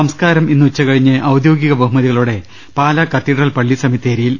സംസ്കാരം ഇന്ന് ഉച്ചകഴിഞ്ഞ് ഔദ്യോഗിക ബഹുമതികളോടെ പാലാ കത്തീഡ്രൽ പള്ളി സെമിത്തേരിയിൽ